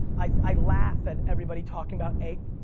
i laugh at everybody talking about a,